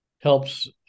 Helps